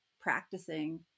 practicing